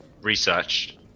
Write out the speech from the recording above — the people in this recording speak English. research